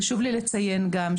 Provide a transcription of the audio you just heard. חשוב לי לציין גם,